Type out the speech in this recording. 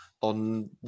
on